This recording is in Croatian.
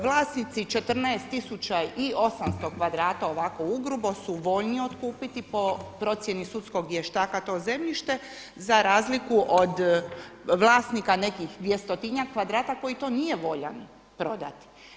Vlasnici 14 tisuća i 800 kvadrata, ovako ugrubo su voljni otkupiti po procjeni sudskog vještaka to zemljište za razliku od vlasnika nekih 200-njak kvadrata koji to nije voljan prodati.